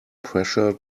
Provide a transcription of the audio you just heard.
pressure